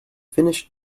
finished